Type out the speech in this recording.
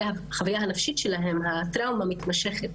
בחוויה הנפשית שלהן הטראומה מתמשכת,